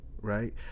right